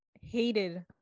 hated